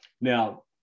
Now